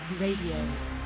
Radio